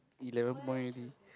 eleven points already